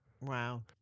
Wow